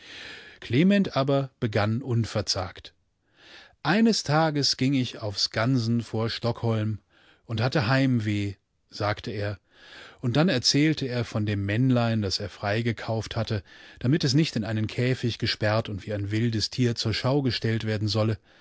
klement aber begann unverzagt eines tages ging ich auf skansen vor stockholm und hatte heimweh sagte er und dann erzählte er von dem männlein daserfreigekaufthatte damitesnichtineinenkäfiggesperrtund wie ein wildes tier zur schau gestellt werden solle